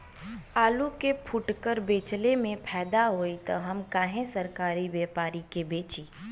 आलू के फूटकर बेंचले मे फैदा होई त हम काहे सरकारी व्यपरी के बेंचि?